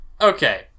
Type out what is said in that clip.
Okay